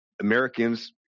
americans